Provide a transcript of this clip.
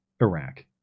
Iraq